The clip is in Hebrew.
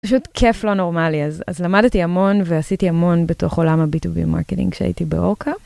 פשוט כיף לא נורמלי, אז למדתי המון ועשיתי המון בתוך עולם הביטווי מרקטינג כשהייתי באורכה.